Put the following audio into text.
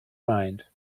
mind